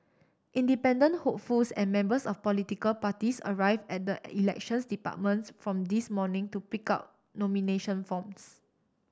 independent hopefuls and members of political parties arrive at the Elections Departments from this morning to pick up nomination forms